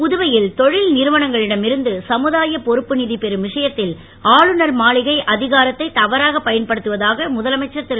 புதுவையில் தொழில் நிறுவனங்களிடம் இருந்து சமுதாய பொறுப்பு நிதி பெறும் விஷயத்தில் ஆளுநர் மாளிகை அதிகாரத்தை தவறாகப் பயன்படுத்துவதாக முதலமைச்சர் திரு